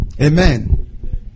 Amen